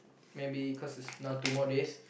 maybe cause it's now two more days